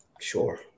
Sure